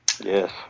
Yes